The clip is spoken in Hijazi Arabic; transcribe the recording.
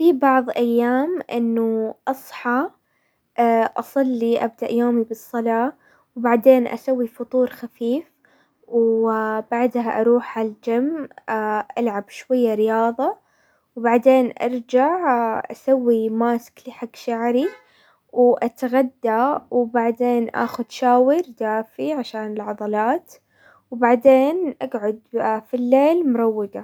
في بعض ايام انه اصحى اصلي ابدأ يومي بالصلاة، وبعدين اسوي فطور خفيف، وبعدها اروح عالجيم، العب شوية رياضة، وبعدين ارجع اسوي ماسك لي حق شعري، واتغدى، وبعدين اخذ شاور دافي عشان العضلات، وبعدين اقعد في الليل مروقة.